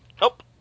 Nope